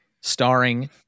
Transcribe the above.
starring